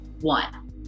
one